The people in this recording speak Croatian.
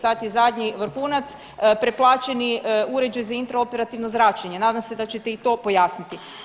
Sad je zadnji vrhunac preplaćeni uređaj na intraoperativno zračenje, nadam se da ćete i to pojasniti.